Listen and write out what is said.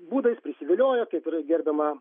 būdais prisiviliojo kaip ir gerbiama